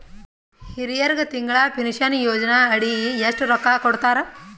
ಹಿರಿಯರಗ ತಿಂಗಳ ಪೀನಷನಯೋಜನ ಅಡಿ ಎಷ್ಟ ರೊಕ್ಕ ಕೊಡತಾರ?